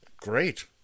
great